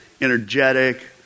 energetic